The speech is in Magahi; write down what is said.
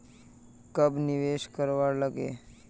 कब निवेश करवार लागे?